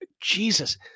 jesus